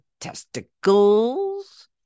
testicles